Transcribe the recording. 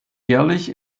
jährlich